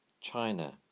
China